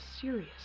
serious